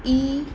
E